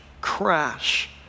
crash